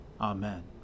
Amen